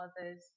others